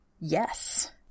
Yes